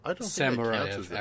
samurai